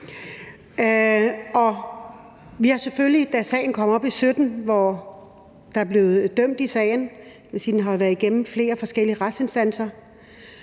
da sagen kom op i 2017, hvor der blev dømt i sagen – det vil sige, at den har været gennem flere forskellige retsinstanser